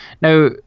Now